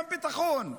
גם ביטחון,